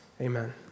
Amen